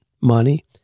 money